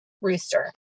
rooster